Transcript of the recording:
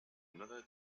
another